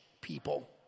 people